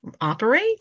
operate